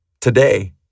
Today